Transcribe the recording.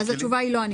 התשובה היא לא.